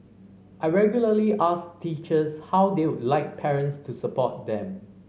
I regularly ask teachers how they would like parents to support them